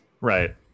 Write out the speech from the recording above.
Right